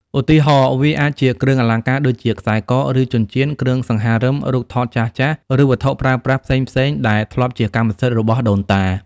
ឧទាហរណ៍ វាអាចជាគ្រឿងអលង្ការដូចជាខ្សែក ឬចិញ្ចៀន គ្រឿងសង្ហារិម រូបថតចាស់ៗ ឬវត្ថុប្រើប្រាស់ផ្សេងៗដែលធ្លាប់ជាកម្មសិទ្ធិរបស់ដូនតា។